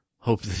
Hope